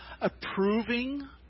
approving